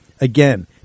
Again